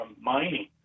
mining